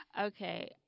Okay